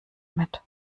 mit